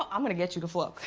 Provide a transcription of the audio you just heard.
um i'm gonna get you to flow.